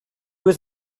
was